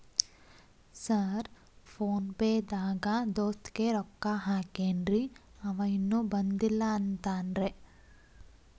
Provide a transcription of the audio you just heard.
Sir PhonePe ದಾಗ ದೋಸ್ತ್ ಗೆ ರೊಕ್ಕಾ ಹಾಕೇನ್ರಿ ಅಂವ ಇನ್ನು ಬಂದಿಲ್ಲಾ ಅಂತಾನ್ರೇ?